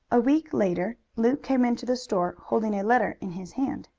a week later luke came into the store, holding a letter in his hand.